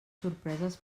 sorpreses